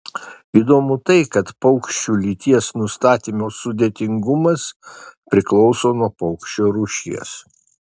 įdomu tai kad paukščių lyties nustatymo sudėtingumas priklauso nuo paukščio rūšies